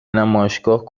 نمایشگاهی